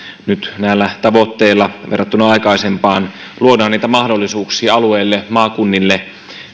nyt näillä tavoitteilla verrattuna aikaisempaan luodaan niitä mahdollisuuksia alueille maakunnille